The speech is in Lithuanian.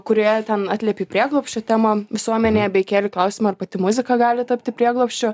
kurioje ten atliepiai prieglobsčio temą visuomenėje bei kėlei klausimą ar pati muzika gali tapti prieglobsčiu